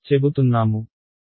చెబుతున్నాము